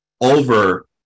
over